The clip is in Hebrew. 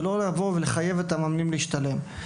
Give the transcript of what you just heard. ולא לחייב את המאמנים להשתלם.